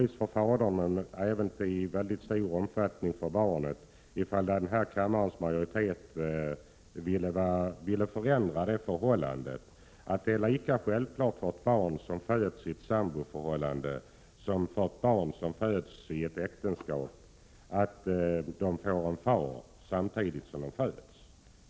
Jag tror att det skulle vara till gagn för fadern men även för barnet, om denna kammares majoritet ville förändra lagstiftningen, så att det blir lika självklart för ett barn som föds i ett samboförhållande som för ett barn som föds i ett äktenskap att få en far redan vid födelsen.